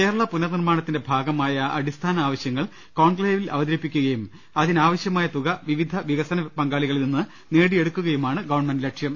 കേരള പുനർനിർമ്മാണത്തിന്റെ ഭാഗമായ അടിസ്ഥാന ആവശ്യങ്ങൾ കോൺക്ലേവിൽ അവതരിപ്പിക്കുകയും അതിനാവശ്യ മായ തുക വിവിധ വികസന പങ്കാളികളിൽ നിന്ന് നേടിയെടുക്കുകയുമാണ് ഗവൺമെന്റ് ലക്ഷ്യം